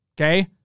okay